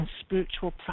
spiritual